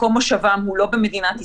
מקום מושבם הוא לא במדינת ישראל,